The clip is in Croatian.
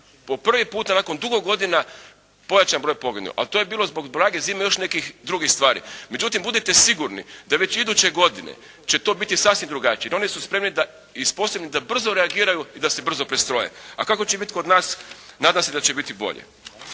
po prvi puta nakon dugo godina povećan broj poginulih a to je bilo zbog blage zime i još nekih drugih stvari. Međutim, budite sigurni da već iduće godine će to biti sasvim drugačije jer oni su spremni i sposobni da brzo reagiraju i da se brzo prestroje. A kako će biti kod nas, nadam se da će biti bolje.